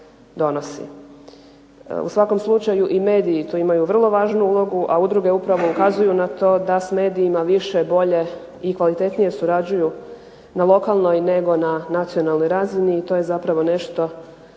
U svakom slučaju i mediji imaju tu vrlo važnu ulogu, a udruge upravo ukazuju na to da s medijima više, bolje i kvalitetnije surađuju na lokalnoj nego na nacionalnoj razini. I to je zapravo nešto